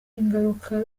ingaruka